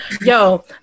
Yo